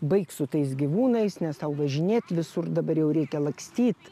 baik su tais gyvūnais ne tau važinėt visur dabar jau reikia lakstyt